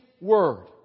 Word